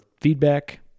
feedback